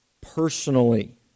personally